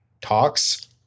talks